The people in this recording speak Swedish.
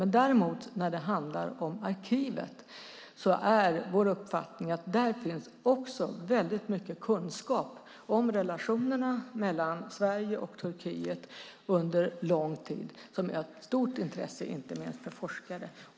När det däremot handlar om arkivet är det vår uppfattning att det finns mycket kunskap där om relationerna mellan Sverige och Turkiet under lång tid som är av stort intresse inte minst för forskare.